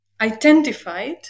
identified